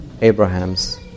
Abraham's